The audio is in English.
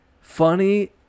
funny